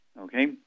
Okay